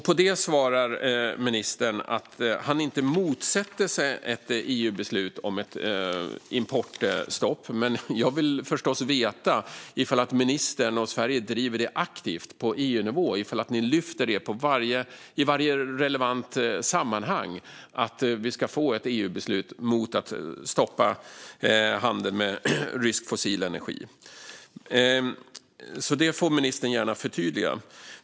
På detta svarar ministern att han inte motsätter sig ett EU-beslut om ett importstopp, men jag vill förstås veta om ministern och Sverige driver detta aktivt på EU-nivå och om det i varje relevant sammanhang tas upp att vi ska få ett EU-beslut om att stoppa handeln med rysk fossil energi. Det får ministern gärna förtydliga.